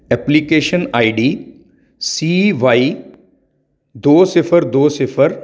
application I D C Y ਦੋ ਸਿਫ਼ਰ ਦੋ ਸਿਫ਼ਰ